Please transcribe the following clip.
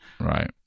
Right